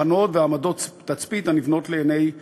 מחנות ועמדות תצפית הנבנות לעיני כול,